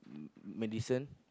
um medicine